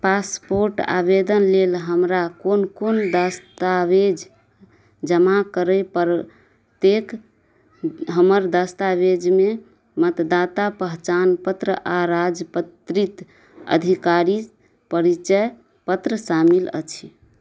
passport आवेदन लेल हमरा कोन कोन दस्तावेज जमा करै पड़तै हमर दस्तावेजमे मतदाता पहचान पत्र आओर राजपत्र अधिकारी परिचय पत्र शामिल अछि